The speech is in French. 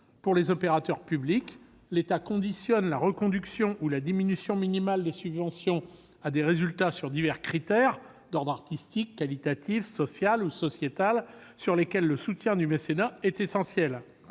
pour les opérateurs publics. L'État conditionne la reconduction ou une diminution minimale des subventions à des résultats sur divers critères d'ordre artistique, qualitatif, social ou sociétal, à propos de chantiers pour lesquels le soutien du mécénat est primordial.